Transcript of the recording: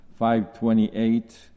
5.28